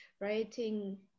writing